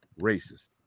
racist